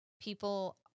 People